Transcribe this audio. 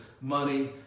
money